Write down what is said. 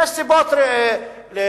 יש סיבות לכך.